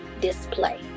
display